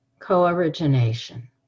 co-origination